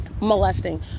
molesting